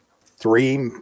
three